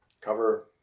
cover